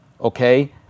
okay